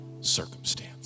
circumstance